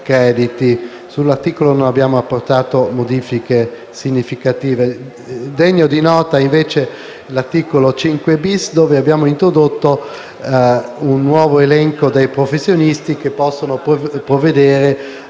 tale articolo non abbiamo apportato modifiche significative. Degno di nota è invece l'articolo 5-*bis* in cui abbiamo introdotto un nuovo elenco dei professionisti che possono provvedere